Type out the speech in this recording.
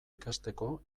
ikasteko